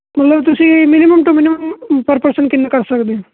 ਚਲੋ ਤੁਸੀਂ ਮਿਨੀਮਮ ਤੋਂ ਮੈਨੂੰ ਪਰ ਪਰਸਨ ਕਿੰਨਾ ਕਰ ਸਕਦੇ ਹੈ